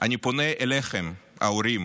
אני פונה אליכם, ההורים: